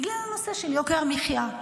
בגלל הנושא של יוקר המחיה.